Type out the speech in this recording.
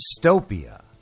dystopia